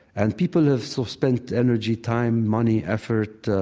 and people have so spent energy, time, money, effort,